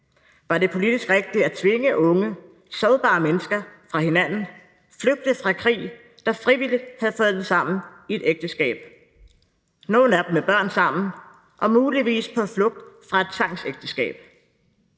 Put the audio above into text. Var det politisk rigtigt at tvinge unge, sårbare mennesker fra hinanden, som var flygtet fra krig, der frivilligt havde fundet sammen i et ægteskab – nogle af dem med børn sammen, og muligvis på flugt fra et tvangsægteskab?